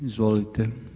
Izvolite.